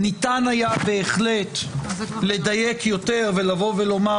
ניתן היה בהחלט לדייק יותר ולבוא ולומר: